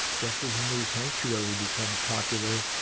just as a new sanctuary becomes popular,